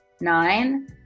nine